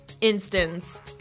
instance